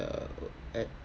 uh at